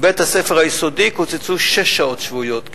ומבית-הספר היסודי קוצצו שש שעות שבועיות,